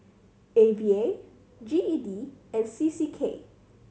A V A G E D and C C K